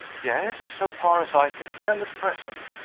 yes so far as i can tell at present.